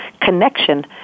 connection